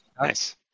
Nice